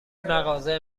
مغازه